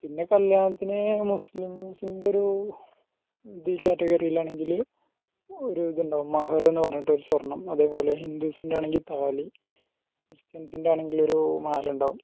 പിന്നെ കല്യാണത്തിന് മുസ്ലിംസിൻ്റെ ഒരൂ ഇത് ക്യാറ്റഗറിയിലാണെങ്കിൽ ഒരു ഇതുണ്ടാവും മഹർ എന്ന് പറഞ്ഞിട്ടൊരു സ്വർണ്ണം അതേ പോലെ ഹിന്ദൂസിൻ്റെ ആണെങ്കിൽ താലി ക്രിസ്ത്യൻസിൻ്റെ ആണെങ്കി ൽ ഒരു മാലയുണ്ടാവും